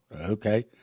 Okay